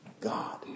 God